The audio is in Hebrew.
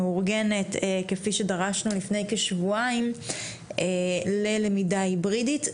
מאורגנת כפי שדרשנו לפני כשבועיים ללמידה היברידית.